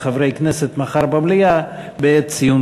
הכרזה